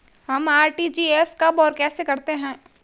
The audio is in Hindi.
हम आर.टी.जी.एस कब और कैसे करते हैं?